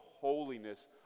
holiness